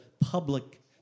public